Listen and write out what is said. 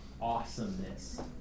awesomeness